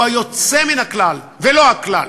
הוא היוצא מן הכלל, ולא הכלל,